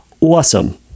Awesome